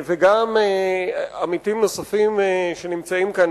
וגם עמיתים נוספים שנמצאים כאן,